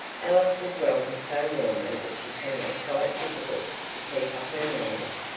alice was welcomed so warmly that she found it quite difficult to keep up her manners.